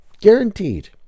guaranteed